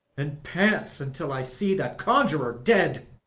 and pants until i see that conjurer dead.